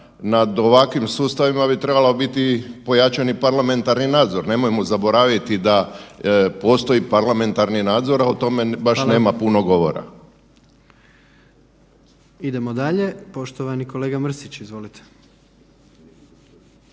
nad ovakvim sustavima bi trebalo biti pojačani parlamentarni nadzor. Nemojmo zaboraviti da postoji parlamentarni nadzor, …/Upadica: Hvala/… a o tome baš nema puno govora. **Jandroković, Gordan (HDZ)** Idemo dalje, poštovani kolega Mrsić, izvolite.